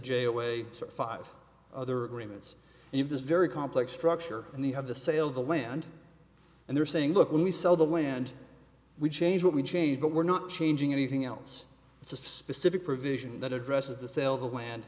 j away five other agreements in this very complex structure and they have the sale of the land and they're saying look when we sell the land we change what we change but we're not changing anything else it's a specific provision that addresses the sell the land